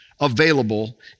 available